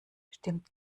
stimmt